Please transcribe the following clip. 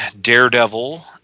Daredevil